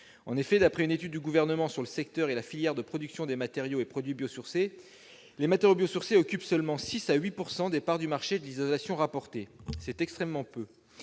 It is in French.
En effet, d'après une étude du Gouvernement sur le secteur et les filières de production des matériaux et produits biosourcés, les matériaux biosourcés occupent seulement 6 % à 8 % des parts du marché de l'isolation rapportée ; c'est extrêmement peu.